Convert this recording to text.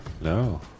No